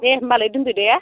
दे होम्बालाय दोनदो दे